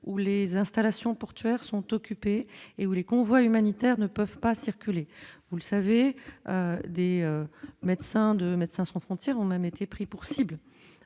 ou les installations portuaires sont occupés et où les convois humanitaires ne peuvent pas circuler, vous le savez, des médecins de Médecins sans frontières ont même été pris pour cibles